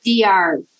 Dr